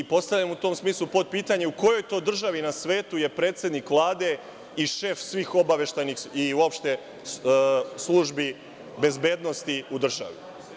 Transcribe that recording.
Postavljam mu u tom smislu podpitanje - u kojoj to državi na svetu je predsednik Vlade i šef svih obaveštajnih i uopšte službi bezbednosti u državi?